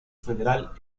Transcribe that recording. federal